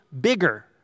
bigger